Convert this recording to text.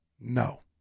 no